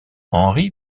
henry